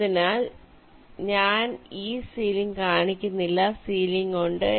അതിനാൽ ഞാൻ ഈ സീലിംഗ് കാണിക്കുന്നില്ല സീലിംഗ് ഉണ്ട്